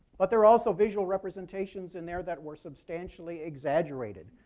but there are also visual representations in there that were substantially exaggerated.